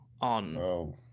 on